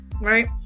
right